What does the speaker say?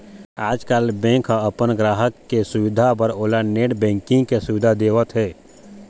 आजकाल बेंक ह अपन गराहक के सुबिधा बर ओला नेट बैंकिंग के सुबिधा देवत हे